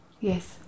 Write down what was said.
Yes